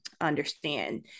understand